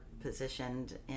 positioned